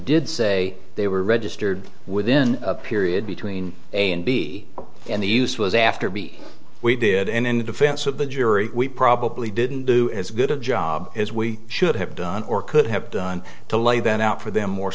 did say they were registered within a period between a and b and the use was after b we did in the defense of the jury we probably didn't do as good a job as we should have done or could have done to lay that out for them more